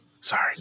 Sorry